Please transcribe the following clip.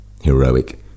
heroic